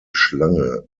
schlange